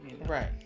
Right